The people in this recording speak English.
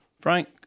Frank